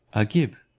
agib,